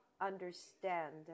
understand